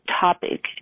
topic